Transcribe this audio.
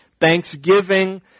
thanksgiving